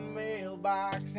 mailbox